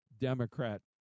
Democrat